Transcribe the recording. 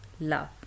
love